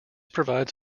provides